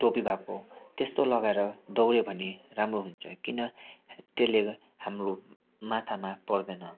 टोपी भएको त्यस्तो लगाएर दौड्यो भने राम्रो हुन्छ किन त्यसले हाम्रो माथामा पर्दैन